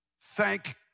Thank